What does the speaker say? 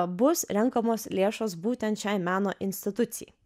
bus renkamos lėšos būtent šiai meno institucijai